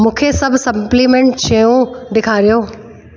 मूंखे सभु सप्लीमेंट शयूं ॾेखारियो